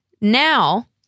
now